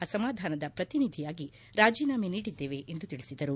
ಅಸಮಾಧಾನದ ಪ್ರತಿನಿಧಿಯಾಗಿ ರಾಜೀನಾಮೆ ನೀಡಿದ್ದೇವೆ ಎಂದು ತಿಳಿಸಿದರು